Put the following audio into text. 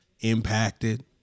impacted